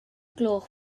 gloch